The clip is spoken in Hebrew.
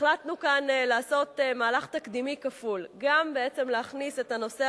החלטנו כאן לעשות מהלך תקדימי כפול: גם להכניס את הנושא